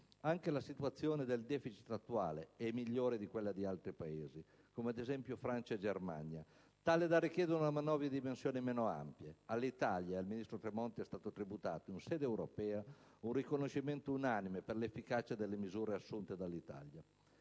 anche la situazione del *deficit* attuale è migliore di quella di altri Paesi, come ad esempio Francia e Germania, tale da richiedere una manovra di dimensioni meno ampie. All'Italia e al ministro Tremonti è stato tributato in sede europea un riconoscimento unanime per l'efficacia delle misure assunte sul piano